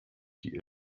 die